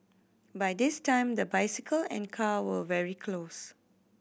by this time the bicycle and car were very close